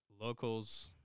locals